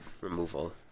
removal